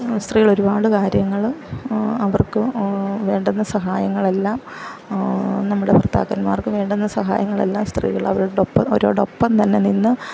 സ്ത്രീകൾ ഒരുപാട് കാര്യങ്ങള് അവർക്ക് വേണ്ടുന്ന സഹായങ്ങളെല്ലാം നമ്മളുടെ ഭർത്താക്കന്മാർക്ക് വേണ്ടുന്ന സഹായങ്ങളെല്ലാം സ്ത്രീകള് അവരോടൊപ്പം അവരോടൊപ്പംതന്നെ നിന്ന്